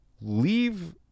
Leave